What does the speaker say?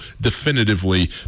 definitively